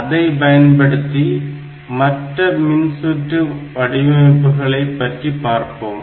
அதை பயன்படுத்தி மற்ற மின்சுற்று வடிவமைப்புகளை பற்றி பார்ப்போம்